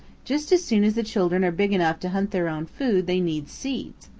just as soon as the children are big enough to hunt their own food they need seeds,